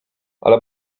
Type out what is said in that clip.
ale